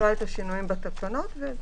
נקרא את השינויים בתקנות.